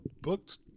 booked